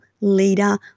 leader